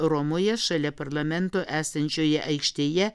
romoje šalia parlamento esančioje aikštėje